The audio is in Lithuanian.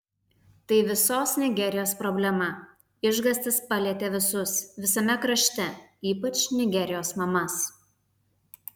tai visos nigerijos problema išgąstis palietė visus visame krašte ypač nigerijos mamas